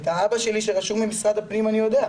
את האבא שלי שרשום במשרד הפנים אני יודע.